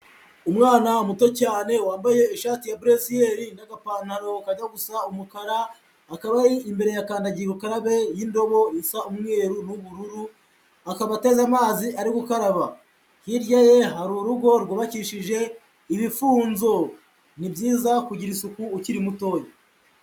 Umwana muto cyane wambaye ishati ya buresiyeri n'agapantaro kajya gusa umukara, akaba ari imbere ya kandagira ukarabe y'indobo isa umweru n'ubururu, akaba ateze amazi ari gukaraba, hirya ye hari urugo rwubakishije ibifunzo. Ni byiza kugira isuku ukiri mutoya.